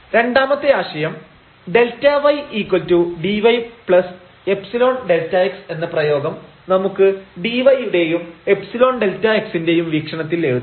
രണ്ടാമത്തെ ആശയം Δydyϵ Δx എന്ന പ്രയോഗം നമുക്ക് dy യുടെയും ϵ Δx ന്റെയും വീക്ഷണത്തിൽ എഴുതാം